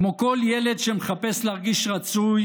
כמו כל ילד שמחפש להרגיש רצוי